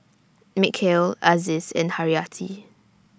Mikhail Aziz and Haryati